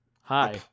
Hi